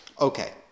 Okay